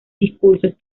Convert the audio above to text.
discursos